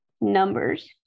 numbers